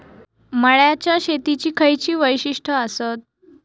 मळ्याच्या शेतीची खयची वैशिष्ठ आसत?